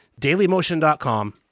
Dailymotion.com